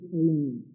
alone